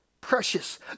Precious